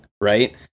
Right